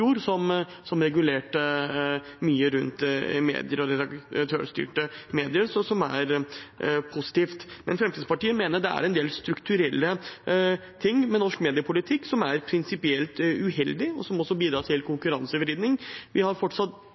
som regulerer mye rundt medier og redaktørstyrte mediehus, noe som er positivt. Fremskrittspartiet mener det er en del strukturelle ting med norsk mediepolitikk som er prinsipielt uheldig, og som også bidrar til konkurransevridning. Vi har fortsatt